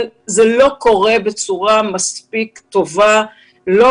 אבל זה לא קורה בצורה מספיק טובה ולא